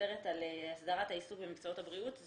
מדברת על הסדרת העיסוק במקצועות הבריאות.